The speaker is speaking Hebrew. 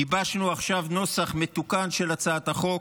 גיבשנו עכשיו נוסח מתוקן של הצעת החוק,